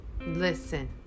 listen